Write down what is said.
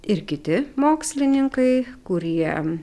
ir kiti mokslininkai kurie